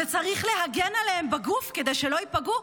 וצריך להגן עליהם בגוף כדי שלא ייפגעו,